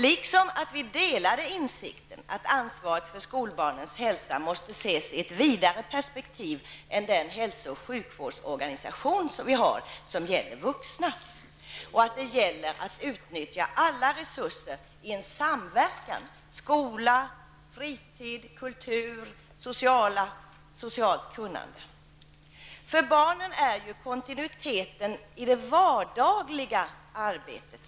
Dessutom delade vi uppfattningen att ansvaret för skolbarnens hälsa måste ses i ett vidare perspektiv. Det går inte att bara se till den hälso och sjukvårdsorganisation som vi har och som gäller vuxna. Alla resurser måste utnyttjas i samverkan. Det gäller då skolan, fritiden, kulturen och det sociala kunnandet. För barnen är det mycket viktigt att det finns en kontinuitet i det vardagliga arbetet.